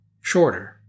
shorter